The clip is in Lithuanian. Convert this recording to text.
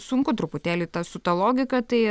sunku truputėlį ta su ta logika tai